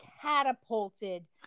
catapulted